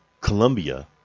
Colombia